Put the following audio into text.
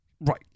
right